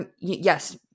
Yes